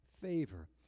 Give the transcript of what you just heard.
favor